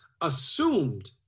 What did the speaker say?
assumed